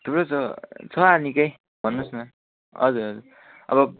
थुप्रो छ छ आ निकै भन्नुहोस् न हजुर हजुर अब